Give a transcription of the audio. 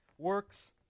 works